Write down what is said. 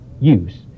use